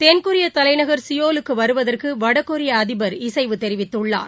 தென்கொரியதலைநகர் சியோலுக்குவருவதற்குவடகொரியஅதிபர் இசைவு தெரிவித்துள்ளார்